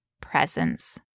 presence